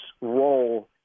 role